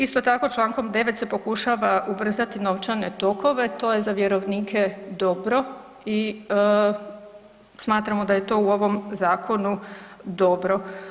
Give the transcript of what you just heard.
Isto tako Člankom 9. se pokušava ubrzati novčane tokove to je za vjerovnike dobro i smatramo da je to u ovome zakonu dobro.